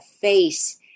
face